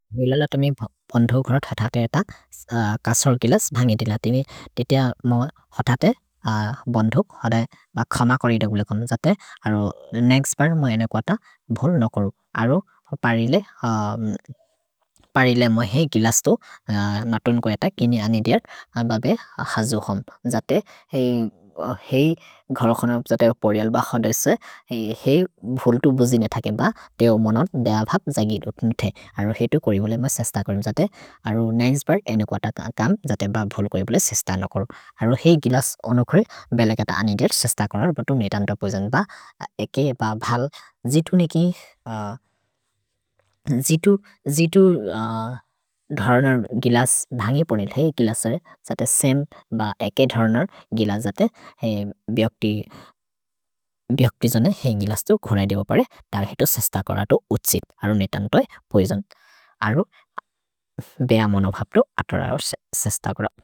भिलल तोमि बन्धुक् होधते एत कसोर् गिलस् भन्गि दिल तिमि। तितिअ म होथते बन्धुक् होधते ब खम करि दगुले कोनो। जते अरो नेक्स्त् पर् म एने को अत भोल् नो करु। अरो परिले म हेइ गिलस्तो नतुन् को एत किनि अनिदिएर् बबे हजो हुम्। जते हेइ घरकोन जते पोर्यल् ब क्सन्दसे हेइ भोल् तु बोजिने थकेब। तेओ मोनोन् देअभप् जगि दुतुन् थे। अरो हेतु कोरि भोले म सस्त करु जते। अरो नेक्स्त् पर् एने को अत कम् जते ब भोल् कोरि भोले सस्त नो करु। अरो हेइ गिलस् अनुखोए बेल कत अनिदिएर् सस्त करु। भतो नेतन्तो बोजिने ब एके ब भल्। जितु नेकि, जितु धरनर् गिलस् भन्गि परिले हेइ गिलसरे। जते सेम् ब एके धरनर् गिलस् जते बिअक्ति जने हेइ गिलस्तु घोरए देबो परे। तर् हेतु सस्त कर तो उछित्। अरो नेतन्तो हेइ बोजिने। अरो बेअ मोनोभप् तो अत रओ सस्त कर।